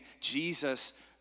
Jesus